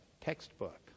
textbook